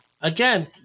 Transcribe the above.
again